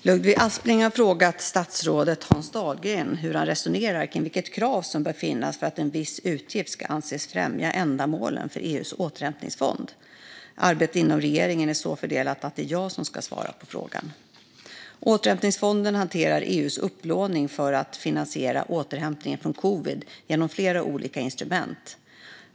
Fru talman! Ludvig Aspling har frågat statsrådet Hans Dahlgren hur han resonerar kring vilket krav som bör finnas för att en viss utgift ska anses främja ändamålen för EU:s återhämtningsfond. Arbetet inom regeringen är så fördelat att det är jag som ska svara på frågan. Återhämtningsfonden hanterar EU:s upplåning för att finansiera återhämtning från covid-19 genom flera olika instrument.